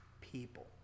people